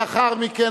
לאחר מכן,